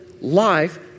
life